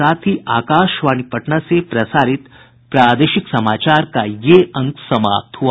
इसके साथ ही आकाशवाणी पटना से प्रसारित प्रादेशिक समाचार का ये अंक समाप्त हुआ